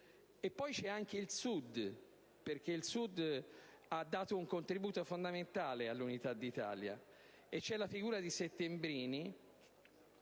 Poi c'è anche il Sud, che ha dato un contributo fondamentale all'Unità d'Italia. Ricordo la figura di Settembrini,